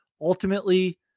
ultimately